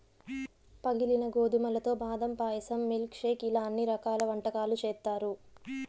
పగిలిన గోధుమలతో బాదం పాయసం, మిల్క్ షేక్ ఇలా అన్ని రకాల వంటకాలు చేత్తారు